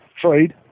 trade